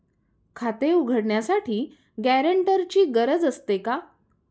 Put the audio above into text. खाते उघडण्यासाठी गॅरेंटरची गरज असते का?